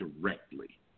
directly